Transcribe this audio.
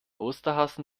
osterhasen